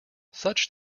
such